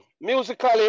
Musically